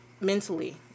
mentally